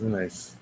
nice